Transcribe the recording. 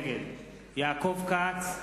נגד יעקב כץ,